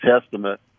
Testament